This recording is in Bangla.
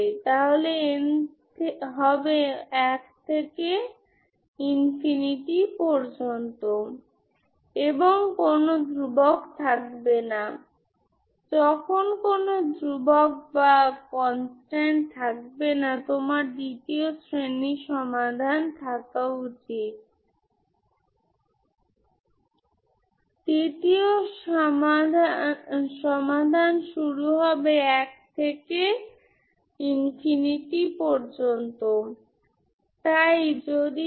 সুতরাং এইভাবে একটি নিয়মিত পিরিওডিক স্টর্ম লিওভিলে সিস্টেম আপনাকে আপনার নিয়মিত ফোরিয়ার সিরিজ দেবে যা আপনি ইঞ্জিনিয়ারিং এ পড়েন